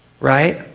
right